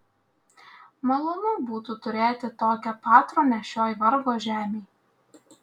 malonu būtų turėti tokią patronę šioj vargo žemėj